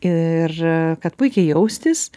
ir kad puikiai jaustis